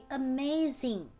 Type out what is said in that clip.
amazing